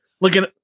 Looking